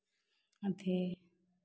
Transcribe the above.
अथि